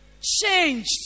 changed